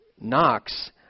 Knox